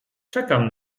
czekam